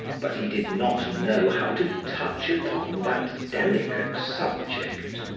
but he did not know how to touch upon that delicate subject.